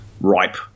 ripe